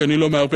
כי אני לא מערבב,